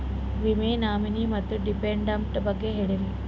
ವಿಮಾ ನಾಮಿನಿ ಮತ್ತು ಡಿಪೆಂಡಂಟ ಬಗ್ಗೆ ಹೇಳರಿ?